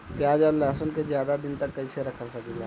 प्याज और लहसुन के ज्यादा दिन तक कइसे रख सकिले?